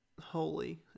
holy